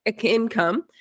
income